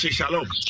Shalom